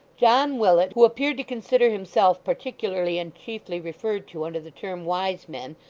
john willet, who appeared to consider himself particularly and chiefly referred to under the term wise men,